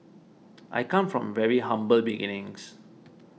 I come from very humble beginnings